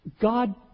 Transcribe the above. God